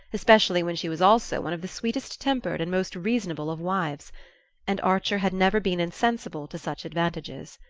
especially when she was also one of the sweetest-tempered and most reasonable of wives and archer had never been insensible to such advantages.